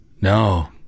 No